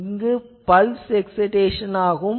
இது pulse excitation ஆகும்